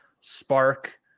spark